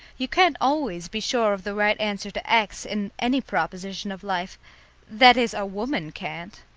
you can't always be sure of the right answer to x in any proposition of life that is, a woman can't!